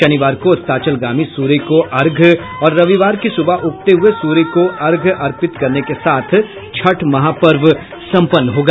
शनिवार को अस्ताचलगामी सूर्य को अर्घ्य और रविवार की सुबह उगते हुये सूर्य को अर्घ्य अर्पित करने के साथ छठ महापर्व सम्पन्न होगा